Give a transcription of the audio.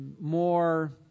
more